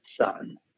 son